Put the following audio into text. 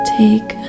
take